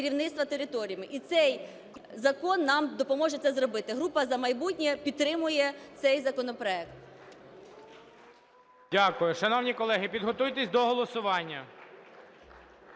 Дякую. Шановні колеги, підготуйтесь до голосування.